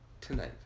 tonight